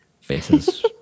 faces